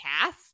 cast